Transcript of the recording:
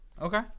Okay